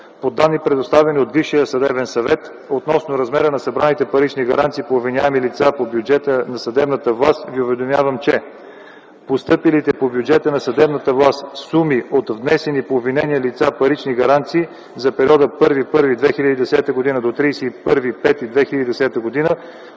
По данни, предоставени от Висшия съдебен съвет, относно размера на събраните парични гаранции по обвиняеми лица по бюджета на съдебната власт ви уведомявам, че: - постъпилите по бюджета на съдебната власт суми от внесени по обвинение лица парични гаранции за периода 1 януари 2010 г.